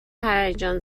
هیجان